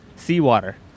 seawater